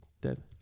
Dead